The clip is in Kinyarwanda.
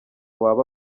waba